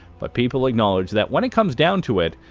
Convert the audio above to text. but, people acknowledge that when it comes down to it,